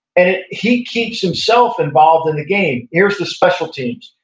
and he keeps himself involved in the game. here's the special teams.